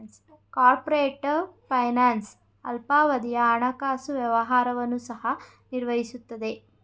corporate finance ಅಲ್ಪಾವಧಿಯ ಹಣಕಾಸು ವ್ಯವಹಾರವನ್ನು ಸಹ ನಿರ್ವಹಿಸುತ್ತದೆ